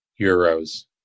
euros